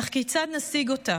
אך כיצד נשיג אותה?